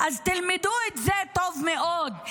אז תלמדו את זה טוב מאוד.